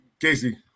Casey